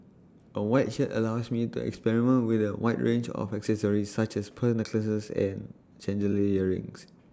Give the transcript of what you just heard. A white shirt allows me to experiment with A wide range of accessories such as pearl necklaces and chandelier earrings